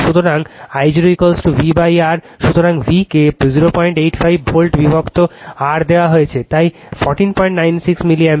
সুতরাং I 0VR সুতরাং V কে 085 ভোল্ট বিভক্তR দেওয়া হয়েছে তাই 1496 মিলি অ্যাম্পিয়ার